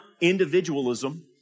individualism